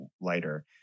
lighter